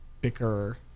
Bicker